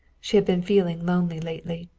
she had been feeling lonely lately.